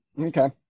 Okay